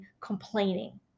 complaining